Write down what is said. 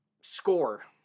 Score